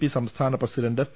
P സംസ്ഥാന president P